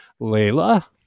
Layla